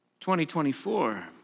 2024